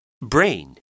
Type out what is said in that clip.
Brain